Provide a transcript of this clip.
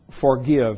forgive